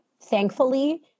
thankfully